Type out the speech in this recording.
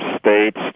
states